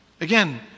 again